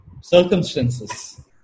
circumstances